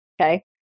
Okay